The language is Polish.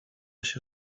się